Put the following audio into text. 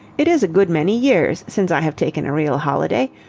it is a good many years since i have taken a real holiday.